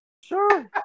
Sure